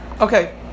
okay